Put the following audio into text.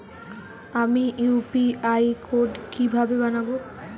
আমি UPI code কিভাবে বানাব?